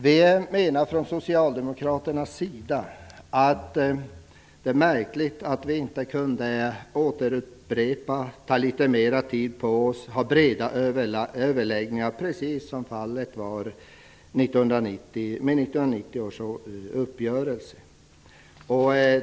Vi menar från socialdemokraternas sida att det är märkligt att vi inte kunde ta litet mer tid på oss och återupprepa breda överläggningar, precis som fallet var med 1990 års uppgörelse.